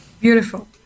Beautiful